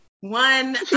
One